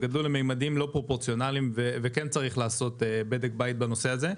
הם גדלו לממדים לא פרופורציונאליים וכן צריך לעשות בדק בית בנושא הזה.